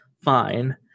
Fine